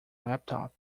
laptop